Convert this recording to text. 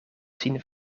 zien